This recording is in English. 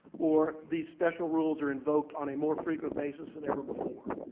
or these special rules are invoked on a more frequent basis than ever before.